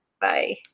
Bye